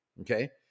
Okay